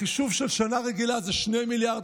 בחישוב של שנה רגילה זה 2 מיליארד,